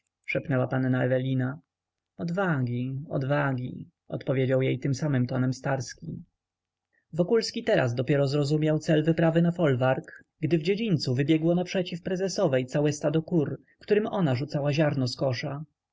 szepnęła panna ewelina odwagi odwagi odpowiedział jej tym samym tonem starski wokulski teraz dopiero zrozumiał cel wyprawy na folwark gdy w dziedzińcu wybiegło naprzeciw prezesowej całe stado kur którym ona rzucała ziarno